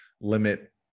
limit